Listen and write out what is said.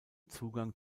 zugang